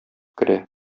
керә